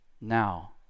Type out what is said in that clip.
now